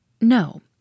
No